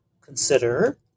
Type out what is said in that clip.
consider